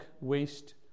waste